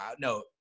no